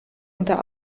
unter